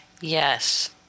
Yes